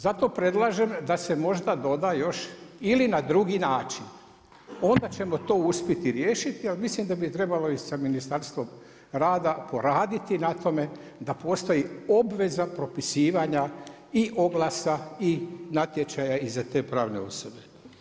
Zato predlažem da se možda doda još ili na drugi način onda ćemo to uspjeti riješiti ali mislim da bi trebalo i sa Ministarstvom rada poraditi na tome da postoji obveza propisivanja i oglasa i natječaja i za te pravne osobe.